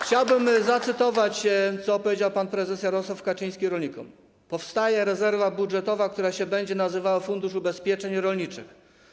Chciałbym zacytować, co powiedział pan prezes Jarosław Kaczyński rolnikom: Powstaje rezerwa budżetowa, która będzie się nazywała: fundusz ubezpieczeń rolniczych.